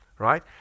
Right